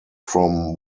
from